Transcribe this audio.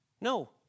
No